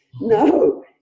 No